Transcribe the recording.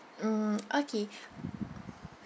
mm okay